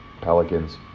pelicans